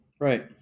Right